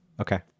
Okay